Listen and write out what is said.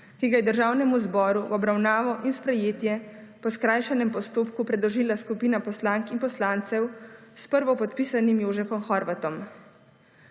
ki ga je Državnemu zboru v obravnavo in sprejetje po skrajšanem postopku predložila skupina poslank in poslancev s prvopodpisanim Jožefom Horvatom.